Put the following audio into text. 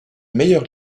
meilleur